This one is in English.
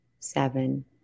seven